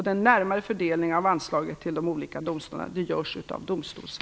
Den närmare fördelningen av anslagen till de olika domstolarna görs av